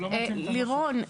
לירון,